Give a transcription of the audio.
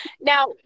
now